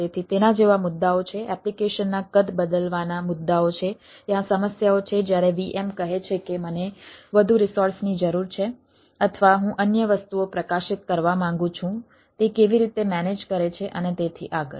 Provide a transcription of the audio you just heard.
તેથી તેના જેવા મુદ્દાઓ છે એપ્લિકેશનના કદ બદલવાના મુદ્દાઓ છે ત્યાં સમસ્યાઓ છે જ્યારે VM કહે છે કે મને વધુ રિસોર્સની જરૂર છે અથવા હું અન્ય વસ્તુઓ પ્રકાશિત કરવા માંગુ છું તે કેવી રીતે મેનેજ કરે છે અને તેથી આગળ